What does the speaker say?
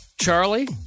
Charlie